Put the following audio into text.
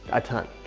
a ton.